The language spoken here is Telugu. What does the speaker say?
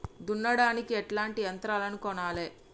దున్నడానికి ఎట్లాంటి యంత్రాలను కొనాలే?